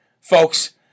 folks